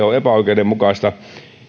on epäoikeudenmukaista